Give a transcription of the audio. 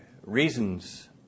reasons